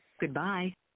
Goodbye